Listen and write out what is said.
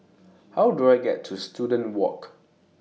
How Do I get to Student Walk